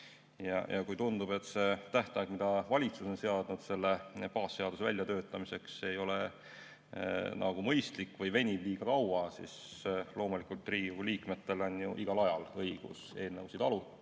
Kui tundub, et see tähtaeg, mida valitsus on seadnud baasseaduse väljatöötamiseks, ei ole nagu mõistlik või venib liiga kaua, siis loomulikult on Riigikogu liikmetel ju igal ajal õigus eelnõusid